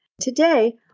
Today